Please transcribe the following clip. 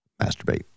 masturbate